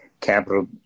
capital